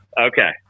Okay